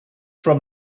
from